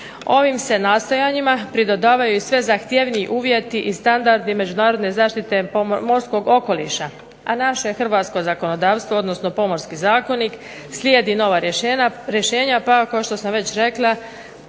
Ovim se nastojanjima pridodavaju i sve zahtjevniji uvjeti i standardi međunarodne zaštite morskog okoliša, a naše hrvatsko zakonodavstvo odnosno Pomorski zakonik slijedi nova rješenja pa kao što sam već rekla